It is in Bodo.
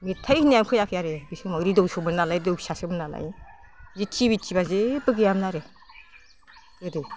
मेथाइ होननायानो फैयाखै आरो बे समाव रेदिय'सोमोन नालाय फिसासोमोननालाय बि टि भि थिबा जेबो गैयामोन आरो गोदो